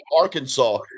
Arkansas